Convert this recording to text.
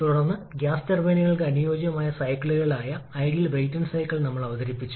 എന്നാൽ മൾട്ടിസ്റ്റേജിംഗ് ഉപയോഗിച്ച് കംപ്രഷൻ ആദ്യം 1 മുതൽ 2 വരെയും പിന്നീട് 3 മുതൽ 4 വരെയുമാണ്